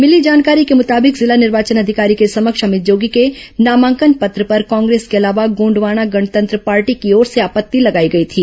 मिली जानकारी के मृताबिक जिला निर्वाचन अधिकारी के समक्ष अमित जोगी के नामांकन पत्र पर कांग्रेस के अलावा गोंडवाना गणतंत्र पॉर्टी की ओर से आपत्ति लगाई गई थी